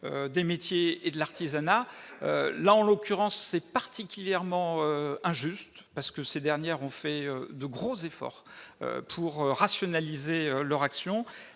de métiers et de l'artisanat. En l'occurrence, c'est particulièrement injuste parce que ces dernières ont fait de gros efforts pour rationaliser leur action.